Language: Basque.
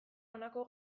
honako